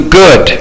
good